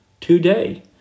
today